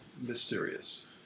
mysterious